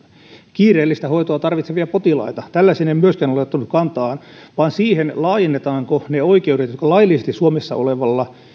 kiireellistä hoitoa tarvitsevia potilaita tällaiseen en myöskään ole ottanut kantaa vaan vaan siihen laajennetaanko ne oikeudet jotka laillisesti suomessa olevalla